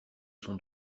son